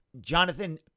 Jonathan